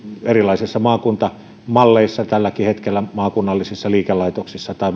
erilaisissa maakuntamalleissa tälläkin hetkellä maakunnallisissa liikelaitoksissa tai